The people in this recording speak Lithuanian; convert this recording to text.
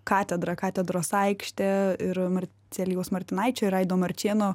katedra katedros aikštė ir marcelijaus martinaičio ir aido marčėno